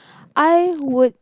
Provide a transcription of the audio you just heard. I would